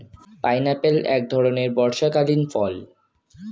pineapple এক ধরণের বর্ষাকালীন ফল